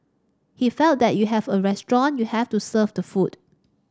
he felt that you have a restaurant you have to serve the food